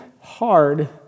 hard